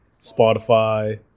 Spotify